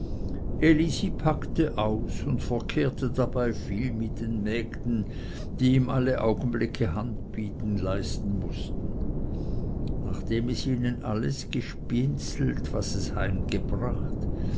packte aus und verkehrte dabei viel mit den mägden die ihm alle augenblicke handbietung leisten mußten nachdem es ihnen alles gespienzelt was es